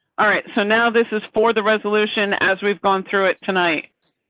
all right so now this is for the resolution as we've gone through it tonight.